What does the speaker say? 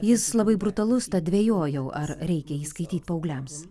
jis labai brutalus tad dvejojau ar reikia jį skaityt paaugliams